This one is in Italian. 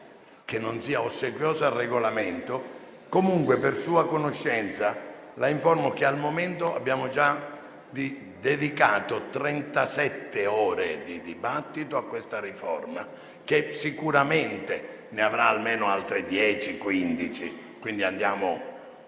che non sia ossequiosa al Regolamento. Comunque, per sua conoscenza, la informo che al momento abbiamo già dedicato trentasette ore di dibattito a questa riforma, che sicuramente ne avrà almeno altre dieci o quindici,